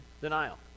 denial